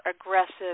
aggressive